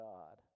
God